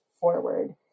forward